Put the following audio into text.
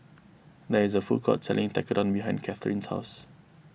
there is a food court selling Tekkadon behind Kathrine's house